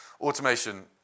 Automation